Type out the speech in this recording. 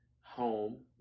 home